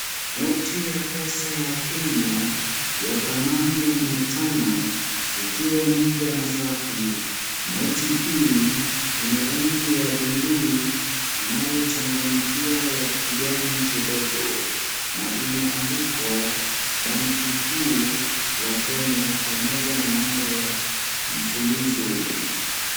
Noti ya pesa ya Kenya ya dhamani ya mia tano, ikiwa mpya na safi. Noti hii ina rangi ya buluu inayochangamkia ya kijani kidogo na imeandikwa Banki Kuu ya Kenya pamoja na namba ya mfulizo .